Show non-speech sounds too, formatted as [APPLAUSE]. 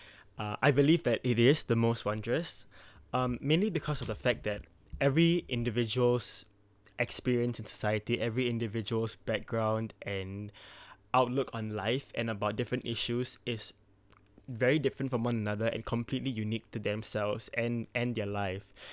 [BREATH] uh I believe that it is the most wondrous [BREATH] um mainly because of the fact that every individuals experience in society every individuals background and [BREATH] outlook on life and about different issues is very different from one another and completely unique to themselves and and their life [BREATH]